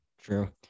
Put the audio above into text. True